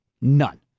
None